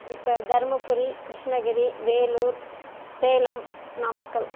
இப்போ தருமபுரி கிருஷ்ணகிரி வேலூர் சேலம் நாமக்கல்